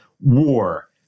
War